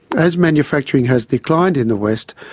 as manufacturing has declined in the west,